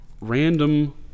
random